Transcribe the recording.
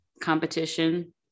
competition